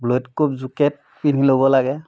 ব্লইড কোপ জেকেট পিন্ধি ল'ব লাগে